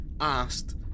asked